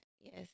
Yes